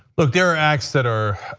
but there are acts that are